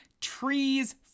trees